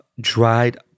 dried